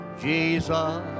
Jesus